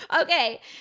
Okay